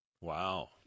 Wow